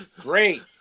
great